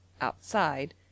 outside